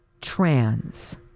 trans